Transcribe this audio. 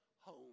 home